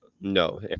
No